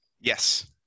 Yes